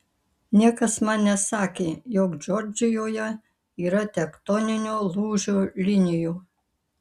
niekas man nesakė jog džordžijoje yra tektoninio lūžio linijų